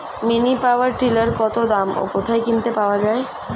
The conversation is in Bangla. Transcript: মিনি পাওয়ার টিলার কত দাম ও কোথায় কিনতে পাওয়া যায়?